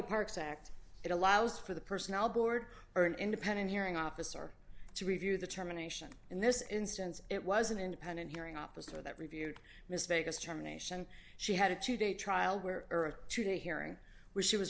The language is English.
parks act it allows for the personnel board or an independent hearing officer to review the terminations in this instance it was an independent hearing officer that reviewed myspace germination she had a two day trial where earth today hearing where she was